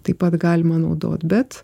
taip pat galima naudot bet